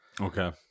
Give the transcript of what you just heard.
Okay